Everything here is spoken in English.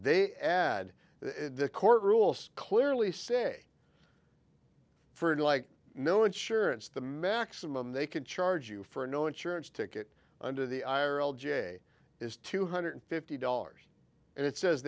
they add the court rules clearly say for like no insurance the maximum they can charge you for a new insurance ticket under the iron l j is two hundred fifty dollars and it says